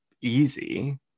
easy